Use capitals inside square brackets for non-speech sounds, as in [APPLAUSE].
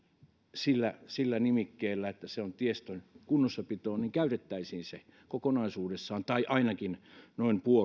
sillä sillä nimikkeellä että ne ovat tiestön kunnossapitoon niin käytettäisiin se kokonaisuudessaan tai ainakin [UNINTELLIGIBLE] [UNINTELLIGIBLE] [UNINTELLIGIBLE] [UNINTELLIGIBLE] noin